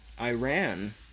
iran